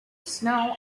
snow